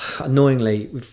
annoyingly